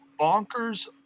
bonkers